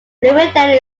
bloomingdale